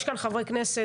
יש כאן חברי כנסת,